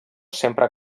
sempre